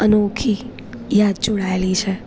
અનોખી યાદ જોડાએલી છે